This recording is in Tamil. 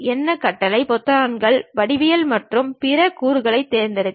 எந்த கட்டளைகள் பொத்தான்கள் வடிவியல் அல்லது பிற கூறுகளைத் தேர்ந்தெடுக்க